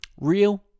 Real